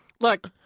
look